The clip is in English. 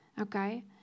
Okay